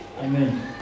Amen